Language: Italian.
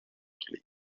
league